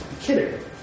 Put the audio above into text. kidding